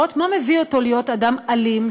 לראות מה מביא אותו להיות אדם אלים,